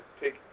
take